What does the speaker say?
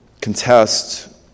contest